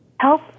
help